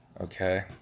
Okay